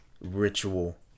ritual